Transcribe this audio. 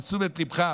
לתשומת ליבך,